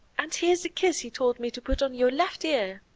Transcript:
and here's the kiss he told me to put on your left ear!